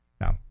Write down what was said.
now